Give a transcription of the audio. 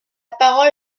parole